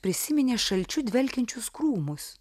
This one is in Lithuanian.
prisiminė šalčiu dvelkiančius krūmus